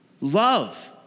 Love